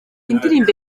indirimbo